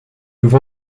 ouvre